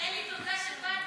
אלי, תודה שבאת.